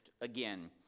again